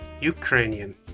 Ukrainian